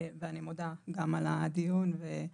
אני מודה גם על הדיון וגם